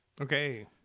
Okay